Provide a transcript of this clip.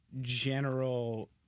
general